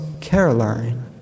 Caroline